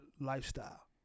lifestyle